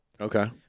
Okay